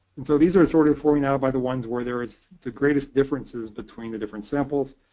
and so these are sort of forming now by the ones where there is the greatest differences between the different samples.